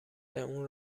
اون